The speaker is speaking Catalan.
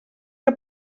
que